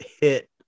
hit